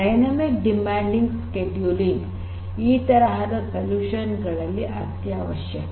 dynamic demand scheduling ಈ ತರಹದ solution ಗಳು ಅತ್ಯಾವಶ್ಯಕ